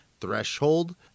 threshold